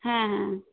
হ্যাঁ হ্যাঁ